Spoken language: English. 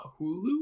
Hulu